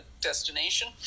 destination